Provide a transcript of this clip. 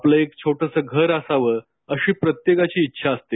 आपलं एक छोटसं घर असावं अशी प्रत्येकाची इच्छा असते